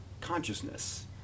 consciousness